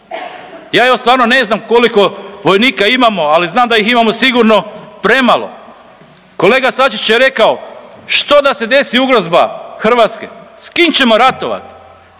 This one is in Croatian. Ja evo stvarno ne znam koliko vojnika imamo, ali znam da ih imamo sigurno premalo. Kolega Sačić je rekao što da se desi ugrozba Hrvatske? S kim ćemo ratovati.